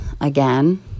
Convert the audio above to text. again